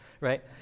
right